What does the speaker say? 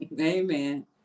Amen